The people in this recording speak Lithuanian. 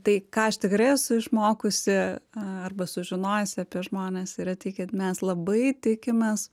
tai ką aš tikrai esu išmokusi arba sužinojusi apie žmones yra tai kad mes labai tikimės